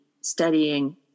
studying